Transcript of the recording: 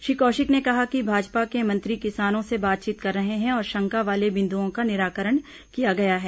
श्री कौशिक ने कहा कि भाजपा के मंत्री किसानों से बातचीत कर रहे हैं और शंका वाले बिंदुओं का निराकरण किया गया है